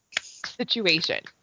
situation